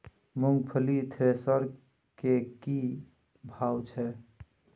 मूंगफली थ्रेसर के की भाव छै?